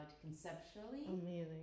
conceptually